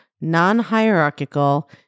non-hierarchical